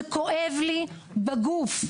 זה כואב לי בגוף,